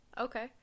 Okay